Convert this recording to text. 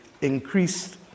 increased